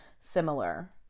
similar